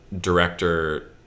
director